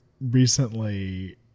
recently